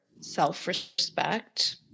self-respect